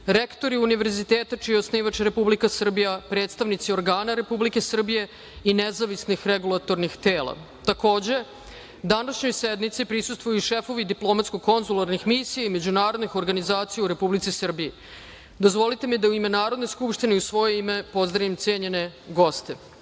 rektori univerziteta čiji je osnivač Republika Srbija, predstavnici organa Republike Srbije i nezavisnih regulatornih tela. Takođe, današnjoj sednici prisustvuju i šefovi diplomatsko-konzularnih misija i međunarodnih organizacija u Republici Srbiji. Dozvolite mi da u ime Narodne skupštine i u svoje ime pozdravim cenjene goste. Molim